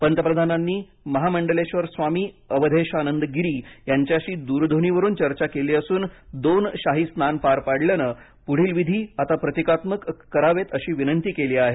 पंतप्रधानांनी महामंडलेबर स्वामी अवधेशानंद गिरी यांच्याशी दूरध्वनीवरून चर्चा केली असून दोन शाही स्नान पार पडल्यानं पुढील विधी आता प्रतीकात्मक करावेत अशी विनंती केली आहे